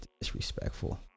disrespectful